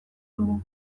dugu